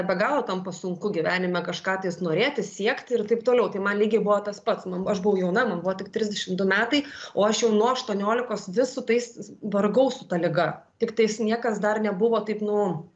be galo tampa sunku gyvenime kažką tais norėti siekti ir taip toliau tai man lygiai buvo tas pats nu aš buvau jauna man buvo tik trisdešim du metai o aš jau nuo aštuoniolikos vis su tais vargau su ta liga tiktais niekas dar nebuvo taip nu